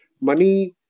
money